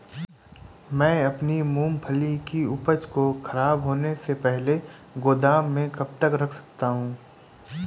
मैं अपनी मूँगफली की उपज को ख़राब होने से पहले गोदाम में कब तक रख सकता हूँ?